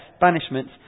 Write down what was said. banishment